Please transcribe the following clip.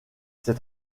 ces